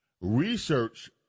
Research